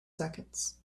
seconds